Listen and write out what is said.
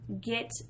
get